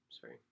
sorry